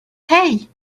hey